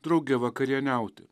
drauge vakarieniauti